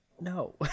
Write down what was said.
No